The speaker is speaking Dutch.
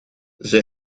zij